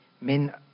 men